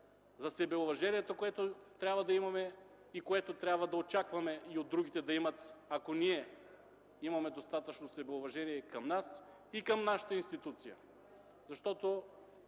за себеуважението, което трябва да имаме и което трябва да очакваме и от другите да имат, ако ние имаме достатъчно себеуважение и към нас, и към нашата институция, защото